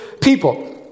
people